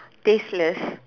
tasteless